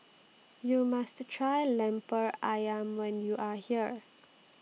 YOU must Try Lemper Ayam when YOU Are here